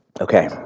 Okay